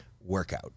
workout